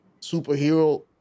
superhero